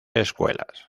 escuelas